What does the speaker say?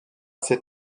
ses